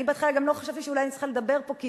אני בהתחלה לא חשבתי שאולי אני צריכה לדבר פה, כי